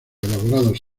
elaborados